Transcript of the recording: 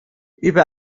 über